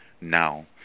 now